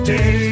Day